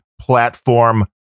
platform